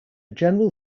general